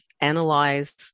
analyze